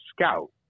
scout